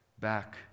back